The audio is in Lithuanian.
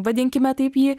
vadinkime taip jį